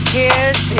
kids